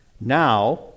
Now